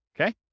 okay